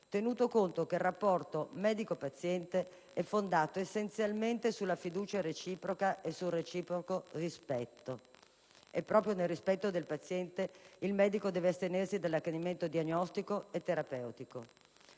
tenuto conto che il rapporto medico/paziente è fondato essenzialmente sulla fiducia reciproca e sul reciproco rispetto. E proprio nel rispetto del paziente, il medico deve anche astenersi dall'accanimento diagnostico e terapeutico.